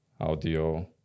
audio